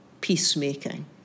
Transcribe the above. peacemaking